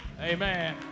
Amen